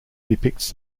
depicts